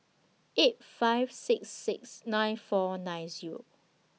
eight five six six nine four nine Zero